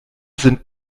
sind